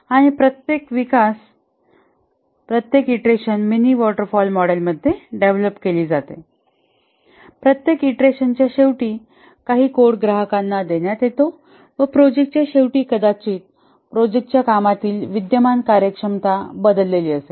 आणि प्रत्येक विकास प्रत्येक ईंटरेशन मिनी वॉटर फॉल मॉडेलद्वारे डेव्हलप केली जाते प्रत्येक ईंटरेशनच्या शेवटी काही कोड ग्राहकांना देण्यात येतो व प्रोजेक्टच्या शेवटी कदाचित प्रोजेक्ट च्या कामातील विद्यमान कार्यक्षमता बदललेली असेल